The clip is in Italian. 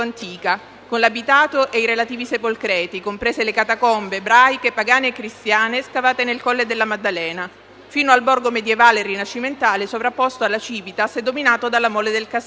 con l'abitato e i relativi sepolcreti, comprese le catacombe (ebraiche, pagane e cristiane) scavate nel Colle della Maddalena, fino al borgo medievale e rinascimentale sovrapposto alla *civitas* e dominato dalla mole del Castello.